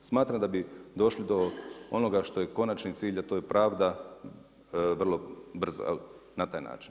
Smatram da bi došli do onog što je konačni cilj, a to je pravda, vrlo brzo, na taj način.